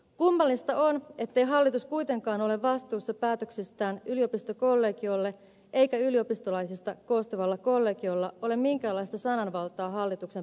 kummallista on ettei hallitus kuitenkaan ole vastuussa päätöksistään yliopistokollegiolle eikä yliopistolaisista koostuvalla kollegiolla ole minkäänlaista sananvaltaa hallituksen päätöksiin